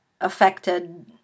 affected